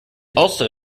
also